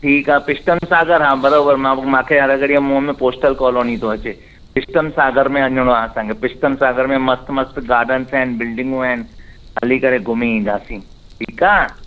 ठीकु आहे पिस्टम सागर हा बराबरि मां मूंखे हर घड़ीअ मुंहं में पोस्टल कॉलोनी थो अचे पिस्टम सागर में वञिणो आहे असांखे पिस्टम सागर में मस्त मस्त गार्डन्स आहिनि बिल्डिंगूं आहिनि हली करे घुमी ईंदासी ठीकु आहे